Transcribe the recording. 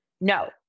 No